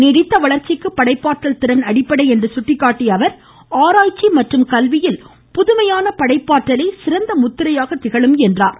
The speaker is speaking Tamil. நீடித்த வளர்ச்சிக்கு படைப்பாற்றல் திறன் அடிப்படை என்று சுட்டிக்காட்டிய அமைச்சர் ஆராய்ச்சி மற்றும் கல்வியில் புதுமையான படைப்பாற்றலே சிறந்த முத்திரையாக அமையும் என்றார்